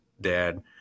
Dad